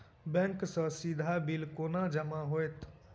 Bank सँ सीधा bill केना जमा होइत?